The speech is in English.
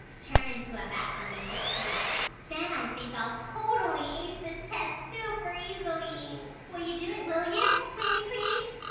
turn into a bat for me just once. then i think i'll totally ace this test super easily. will you do it? will you? pretty please?